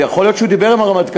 יכול להיות שהוא דיבר עם הרמטכ"ל,